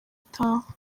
utaha